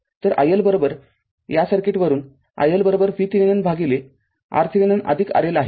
तर iLया सर्किटवरून iL VThevenin भागिले RThevenin RL आहे